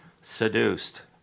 Seduced